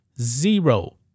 Zero